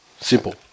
Simple